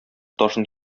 ташын